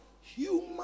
human